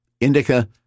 indica